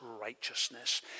righteousness